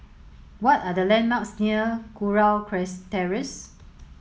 what are the landmarks near Kurau Terrace